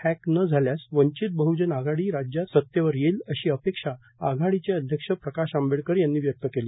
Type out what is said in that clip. hack न झाल्यास वंचित बहजन आघाडी राज्यात सतेवर येईल अशी अपेक्षा आघाडीचे अध्यक्ष प्रकाश आंबेडकर यांनी व्यक्त केली